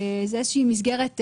זו איזושהי מסגרת ביניים,